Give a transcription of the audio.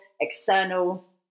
external